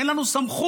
אין לנו סמכות